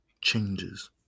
changes